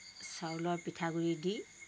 চাউলৰ পিঠাগুড়ি দি